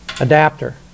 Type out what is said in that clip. adapter